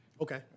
Okay